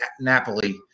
Napoli